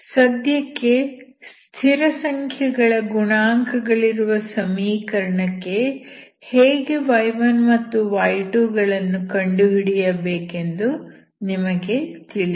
ಸದ್ಯಕ್ಕೆ ಸ್ಥಿರಸಂಖ್ಯೆಗಳ ಗುಣಾಂಕಗಳಿರುವ ಸಮೀಕರಣಕ್ಕೆ ಹೇಗೆ y1 ಮತ್ತು y2 ಗಳನ್ನು ಕಂಡು ಹಿಡಿಯಬೇಕೆಂದು ನಿಮಗೆ ತಿಳಿದಿದೆ